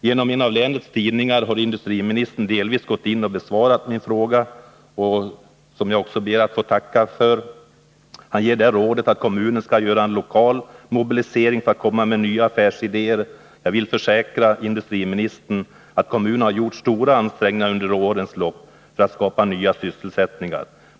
Genom en av länets tidningar har industriministern delvis gått in och besvarat min fråga, vilket jag också ber att få tacka för. Han ger där rådet att kommunen skall göra en lokal mobilisering för att komma med nya affärsidéer. Jag vill försäkra industriministern att kommunen har gjort stora ansträngningar under årens lopp för att skapa nya sysselsättningar.